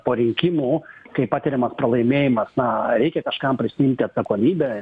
po rinkimų kai patiriamas pralaimėjimas na reikia kažkam prisiimti atsakomybę